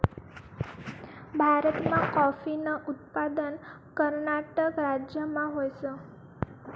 भारतमा काॅफीनं उत्पादन कर्नाटक राज्यमा व्हस